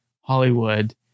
Hollywood